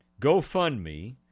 GoFundMe